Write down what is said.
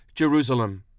jerusalem.